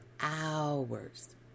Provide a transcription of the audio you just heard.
hours